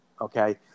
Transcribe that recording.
Okay